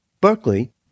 Berkeley